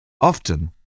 Often